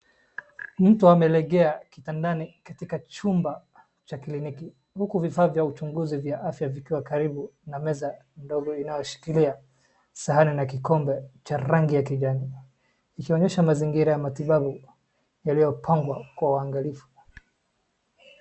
Mtu amelegea kitandani katika chumba cha kliniki, huku vifaa vya uchunguzi vya afya vikiwa kariba na meza ndogo inayoshikilia sahani na kikombe cha rangi ya kijani, ikionyesha mazingira ya matibabu yalipangwa kwa uangalifu.